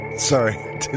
Sorry